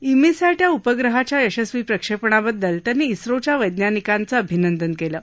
EMISAT या उपग्रहाच्या यशस्वी प्रक्षणिाबद्दल त्यांनी इस्रोच्या वैज्ञानिकांचं अभिनंदन कलि